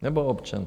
Nebo občany?